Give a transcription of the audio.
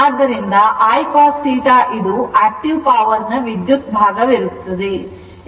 ಆದ್ದರಿಂದ I cos θ ಇದು active power ನ ವಿದ್ಯುತ್ ಭಾಗ ಇರುತ್ತದೆ